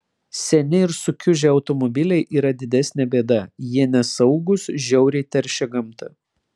seni ir sukiužę automobiliai yra didesnė bėda jie nesaugūs žiauriai teršia gamtą